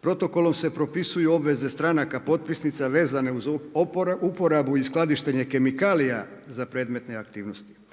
Protokolom se propisuju obveze stranaka potpisnica vezane uz uporabu i skladištenje kemikalija za predmetne aktivnosti,